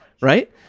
right